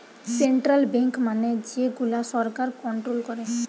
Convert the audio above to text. central bank মানে যে গুলা সরকার কন্ট্রোল করে